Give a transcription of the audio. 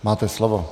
Máte slovo.